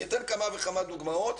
אני אתן כמה וכמה דוגמאות,